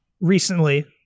recently